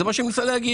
זה מה שאני מנסה להגיד.